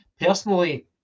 Personally